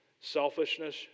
selfishness